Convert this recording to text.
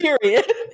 Period